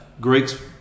Greeks